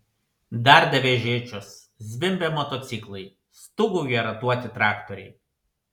darda vežėčios zvimbia motociklai stūgauja ratuoti traktoriai